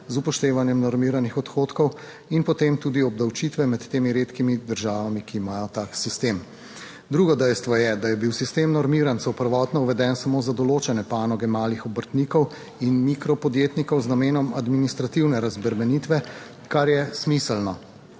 Z upoštevanjem normiranih odhodkov in potem tudi obdavčitve med temi redkimi državami, ki imajo tak sistem. Drugo dejstvo je, da je bil sistem normirancev prvotno uveden samo za določene panoge malih obrtnikov in mikro podjetnikov z namenom administrativne razbremenitve, kar je smiselno.